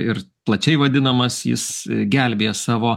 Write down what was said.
ir plačiai vadinamas jis gelbėja savo